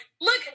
look